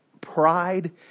pride